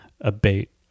abate